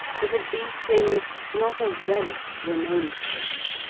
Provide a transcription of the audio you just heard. but of these things not a relic remains to us.